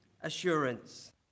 assurance